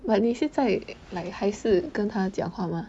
but 你是在 like 还是跟他讲话吗